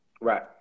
Right